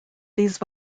these